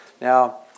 Now